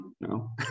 No